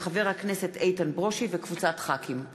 מאת חברי הכנסת דב חנין, איימן עודה,